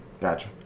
Gotcha